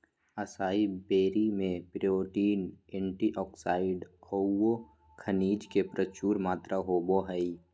असाई berry में protein, antioxidant औऊ खनिज के प्रचुर मात्रा होबो हइ